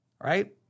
right